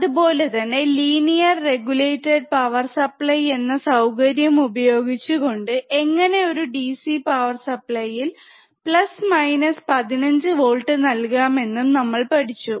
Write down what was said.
അതുപോലെതന്നെ linear regulated power supply എന്ന സൌകര്യം ഉപയോഗിച്ചുകൊണ്ട് എങ്ങനെ ഒരു ഡിസി പവർ സപ്ലൈ യിൽ പ്ലസ് മൈനസ് 15 വോൾട്ട് നൽകാമെന്നും നമ്മൾ പഠിച്ചു